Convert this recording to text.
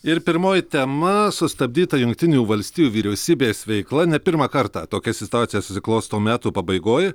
ir pirmoji tema sustabdyta jungtinių valstijų vyriausybės veikla ne pirmą kartą tokia situacija susiklosto metų pabaigoj